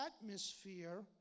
atmosphere